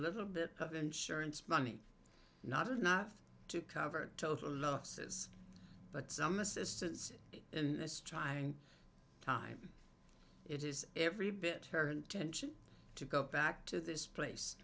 little bit of insurance money not enough to cover total losses but some assistance in this trying time it is every bit her intention to go back to this place